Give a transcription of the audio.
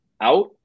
out